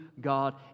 God